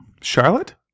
Charlotte